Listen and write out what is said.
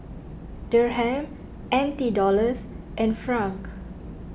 Dirham N T Dollars and Franc